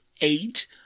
eight